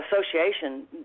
association